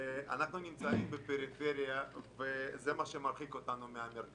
אתה לא יכול להכות פעמיים עם אותה יד.